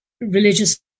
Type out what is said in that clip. religious